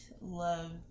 love